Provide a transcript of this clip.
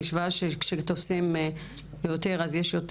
המשוואה שכשתופסים יותר אז יש יותר,